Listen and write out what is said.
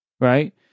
right